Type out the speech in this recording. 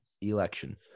Election